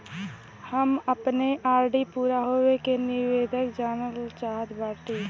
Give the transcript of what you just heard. हम अपने आर.डी पूरा होवे के निर्देश जानल चाहत बाटी